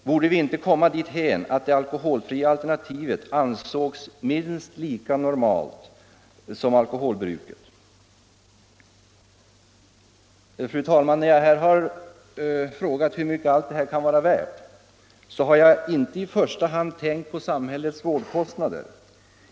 Borde vi inte komma dithän att det alkoholfria alternativet ansågs minst lika normalt som alkoholbruket. Fru talman! När jag här har frågat hur mycket allt detta kan vara värt har jag inte i första hand tänkt på samhällets vårdkostnader.